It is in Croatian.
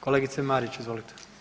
Kolegice Marić izvolite.